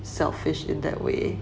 selfish in that way